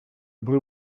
blue